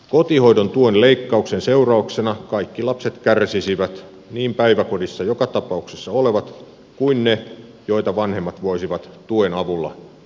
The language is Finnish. kotihoidon tuen leikkauksen seurauksena kaikki lapset kärsisivät niin päiväkodissa joka tapauksessa olevat kuin nekin joita vanhemmat voisivat tuen avulla hoitaa kotona